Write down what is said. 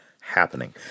happening